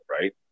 right